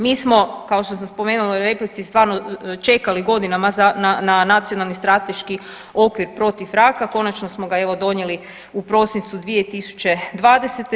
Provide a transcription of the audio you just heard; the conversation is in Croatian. Mi smo kao što sam spomenula u replici stvarno čekali godinama za, na nacionalni strateški okvir protiv raka, konačno smo ga evo donijeli u prosincu 2020.